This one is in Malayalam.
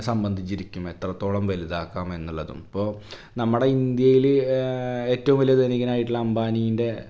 സമ്മന്തിച്ചിരിക്കും എത്രത്തോളം വലുതാക്കാമെന്നുള്ളതും ഇപ്പോൾ നമ്മുടെ ഇന്ത്യയിൽ ഏറ്റവും വലിയ ധനികനായിട്ടുള്ള അമ്പാനീന്റെ